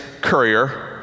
courier